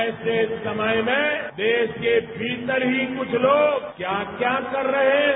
ऐसे समय में देश के भीतर ही कुछ लोग क्या क्या कर रहे हैं